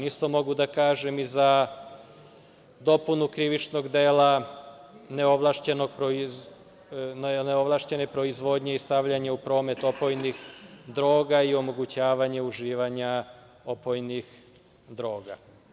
Isto mogu da kažem i za dopunu krivičnog dela neovlašćene proizvodnje i stavljanje u promet opojnih droga i omogućavanje uživanja opojnih droga.